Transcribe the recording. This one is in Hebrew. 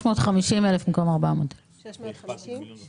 650,000 במקום 400,000. 650,000?